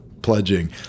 pledging